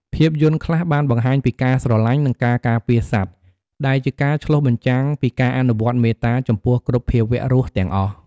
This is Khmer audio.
ភាពយន្តខ្លះបានបង្ហាញពីការស្រលាញ់ និងការការពារសត្វ ដែលជាការឆ្លុះបញ្ចាំងពីការអនុវត្តមេត្តាចំពោះគ្រប់ភាវៈរស់ទាំងអស់។